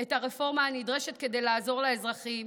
את הרפורמה הנדרשת כדי לעזור לאזרחים